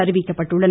அறிவிக்கப்பட்டுள்ளன